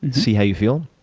and see how you feel.